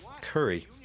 curry